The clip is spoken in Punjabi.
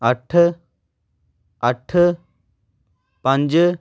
ਅੱਠ ਅੱਠ ਪੰਜ